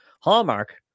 Hallmark